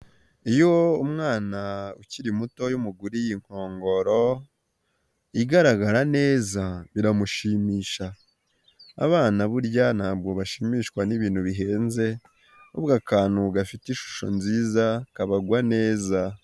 Iyo umwana ukiri mutoya umuguriye inkongoro igaragara neza biramushimisha, abana burya ntabwo bashimishwa n'ibintu bihenze ahubwo akantu gafite ishusho nziza kabagwa neza.